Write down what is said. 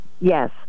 Yes